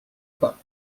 pas